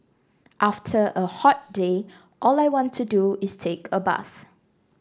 after a hot day all I want to do is take a bath